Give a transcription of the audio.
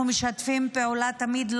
אנחנו משתפים פעולה תמיד,